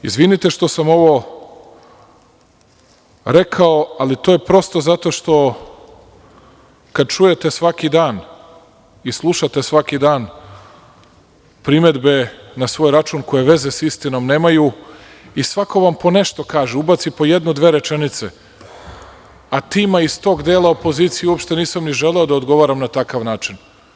Izvinite što sam ovo rekao, ali to je prosto zato što kada svaki dan slušate primedbe na svoj račun, koje veze sa istinom nemaju, svako vam po nešto kaže, ubaci po jednu ili dve rečenice, a njima iz tog dela opozicije uopšte nisam ni želeo da odgovaram na takav način.